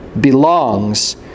belongs